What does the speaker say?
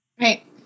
Right